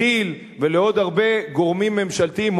לכי"ל ולעוד הרבה גורמים ממשלתיים,